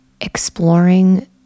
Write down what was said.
exploring